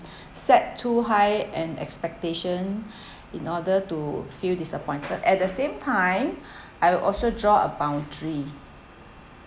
set too high an expectation in order to feel disappointed at the same time I will also draw a boundary